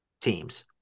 teams